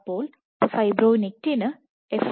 അപ്പോൾ ഫൈബ്രോനെക്റ്റിന് എഫ്